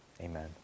Amen